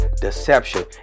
deception